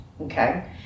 okay